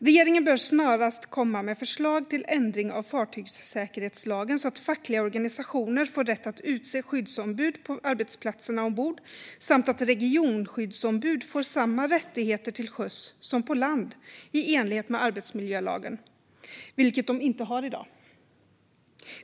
Regeringen bör snarast komma med förslag till ändring av fartygssäkerhetslagen så att fackliga organisationer får rätt att utse skyddsombud på arbetsplatserna ombord och så att regionskyddsombud får samma rättigheter till sjöss som på land, i enlighet med arbetsmiljölagen, vilket de inte har i dag.